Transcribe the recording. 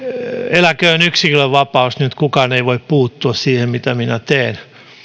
eläköön yksilön vapaus nyt kukaan ei voi puuttua siihen mitä minä teen